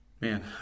Man